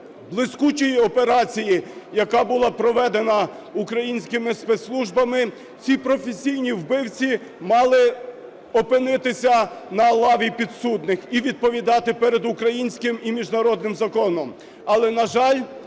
блискучої операції, яка була проведена українськими спецслужбами, ці професійні вбивці мали опинитися на лаві підсудних і відповідати перед українським і міжнародним законом.